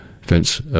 fence